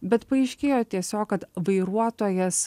bet paaiškėjo tiesiog kad vairuotojas